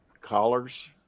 collars